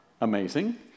amazing